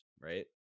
right